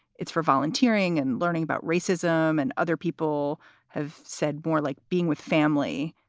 it's for volunteering and learning about racism and other people have said more like being with family.